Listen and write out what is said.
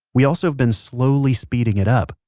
we've also been slowly speeding it up.